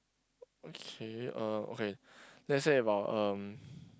okay uh okay let's say about um